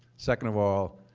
second of all,